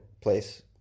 place